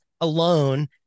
alone